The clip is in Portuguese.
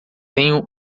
tenho